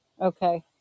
Okay